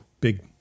big